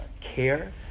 care